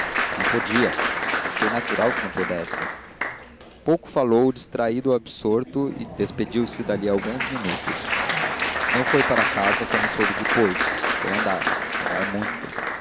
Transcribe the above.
não podia e achei natural que não pudesse pouco falou distraído ou absorto e despediu-se dali a alguns minutos não foi para casa como soube depois foi andar andar muito